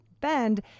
Bend